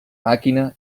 màquina